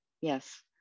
yes